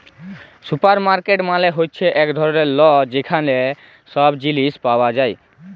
supermarket মালে হ্যচ্যে এক ধরলের ল যেখালে সব জিলিস পাওয়া যায়